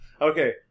Okay